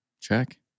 Check